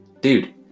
dude